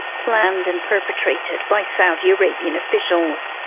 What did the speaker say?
planned and perpetrated by saudi arabian officials.